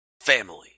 Family